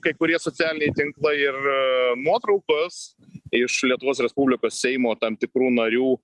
kai kurie socialiniai tinklai ir nuotraukos iš lietuvos respublikos seimo tam tikrų narių